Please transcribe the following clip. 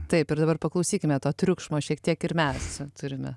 taip ir dabar paklausykime to triukšmo šiek tiek ir mes turime